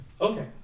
Okay